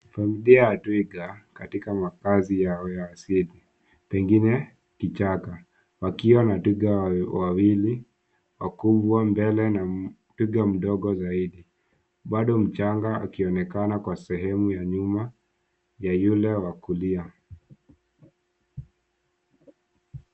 Familia ya twiga katika hifadhi yao ya asili pengine kichaka wakiwa na twiga wawili wakubwa mbele na twiga mdogo zaidi, bado mchanga ukionekana kwa sehemu ya nyuma ya yule wa kulia.